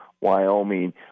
Wyoming